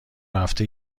هفته